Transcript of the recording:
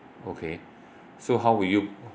okay so how would you